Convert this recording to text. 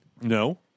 No